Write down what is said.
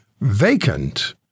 vacant